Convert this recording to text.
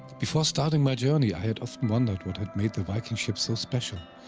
before starting my journey, i had often wondered what had made the viking ships so special?